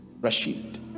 Rashid